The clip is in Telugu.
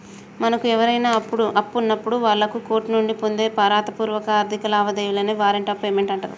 మనకు ఎవరైనా అప్పున్నప్పుడు వాళ్ళు కోర్టు నుండి పొందే రాతపూర్వక ఆర్థిక లావాదేవీలనే వారెంట్ ఆఫ్ పేమెంట్ అంటరు